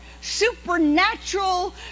Supernatural